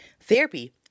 therapy